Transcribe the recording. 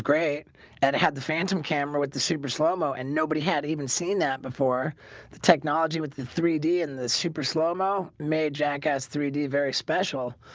great and had the phantom camera with the super slow-mo and nobody had even seen that before the technology with the three d and the super slow-mo made jackass three d very special,